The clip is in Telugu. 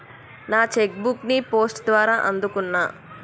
నా చెక్ బుక్ ని పోస్ట్ ద్వారా అందుకున్నా